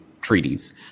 treaties